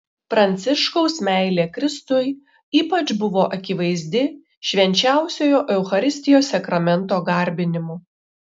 pranciškaus meilė kristui ypač buvo akivaizdi švenčiausiojo eucharistijos sakramento garbinimu